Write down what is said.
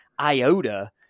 iota